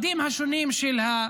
הזה.